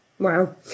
Wow